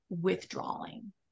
withdrawing